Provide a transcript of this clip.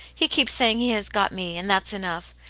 he keeps saying he has got me, and that's enough.